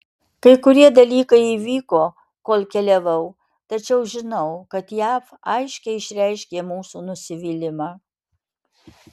kai kurie dalykai įvyko kol keliavau tačiau žinau kad jav aiškiai išreiškė mūsų nusivylimą